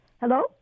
Hello